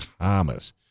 thomas